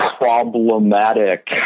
problematic